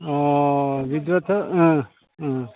अ बिदिब्लाथ' ओ ओ